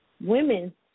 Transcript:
women